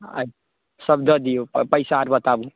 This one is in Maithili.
अच्छा सब दऽ दियौ आ पैसा बताबू